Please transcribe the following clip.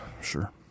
Sure